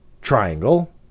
triangle